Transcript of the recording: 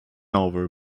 over